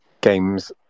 games